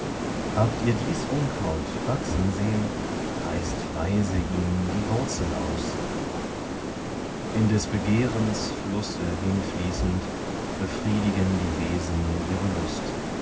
habt ihr dies unkraut wachsen sehn reißt weise ihm die wurzel aus in des begehrens flusse hinfließend befriedigen die wesen ihre lust